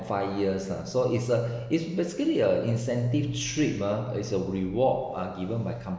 five years ah so it's a it's basically a incentive trip ah is a reward are given by